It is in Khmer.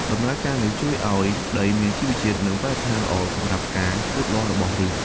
ដំណើរការនេះជួយធ្វើឱ្យដីមានជីវជាតិ និងបរិស្ថានល្អសម្រាប់ការលូតលាស់របស់ឬស។